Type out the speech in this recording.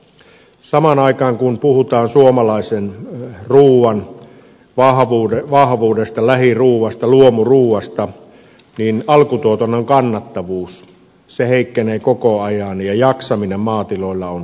samaan aikaan kun puhutaan suomalaisen ruuan vahvuudesta lähiruuasta luomuruuasta niin alkutuotannon kannattavuus heikkenee koko ajan ja jaksaminen maatiloilla on kyseenalaista